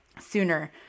sooner